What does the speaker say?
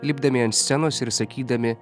lipdami ant scenos ir sakydami